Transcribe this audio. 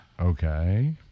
Okay